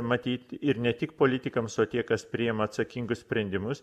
matyt ir ne tik politikams o tie kas priima atsakingus sprendimus